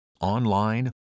online